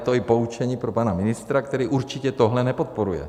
A je to i poučení pro pana ministra, který určitě tohle nepodporuje.